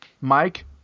Mike